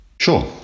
Sure